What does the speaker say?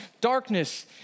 darkness